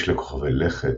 יש לכוכבי לכת,